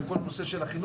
על כל הנושא של החינוך,